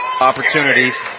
Opportunities